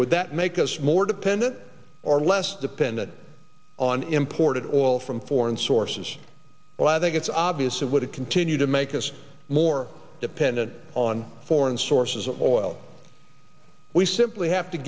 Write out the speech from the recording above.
would that make us more dependent or less dependent on imported oil from foreign sources well i think it's obvious of would it continue to make us more dependent on foreign sources of oil we simply have to